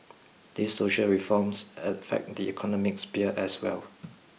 these social reforms affect the economic sphere as well